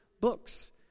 books